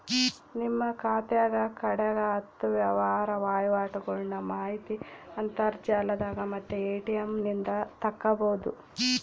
ನಿಮ್ಮ ಖಾತೆಗ ಕಡೆಗ ಹತ್ತು ವ್ಯವಹಾರ ವಹಿವಾಟುಗಳ್ನ ಮಾಹಿತಿ ಅಂತರ್ಜಾಲದಾಗ ಮತ್ತೆ ಎ.ಟಿ.ಎಂ ನಿಂದ ತಕ್ಕಬೊದು